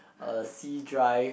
uh C drive